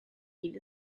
heed